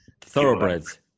Thoroughbreds